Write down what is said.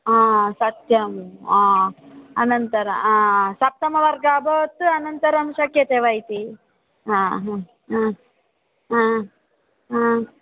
आ सयम् आ अनन्तर आ सप्तमवर्ग अभवत् अनन्तरं शक्यते वा इति आ ह ह ह ह